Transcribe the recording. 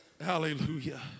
hallelujah